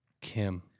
Kim